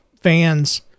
fans